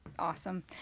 awesome